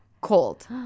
cold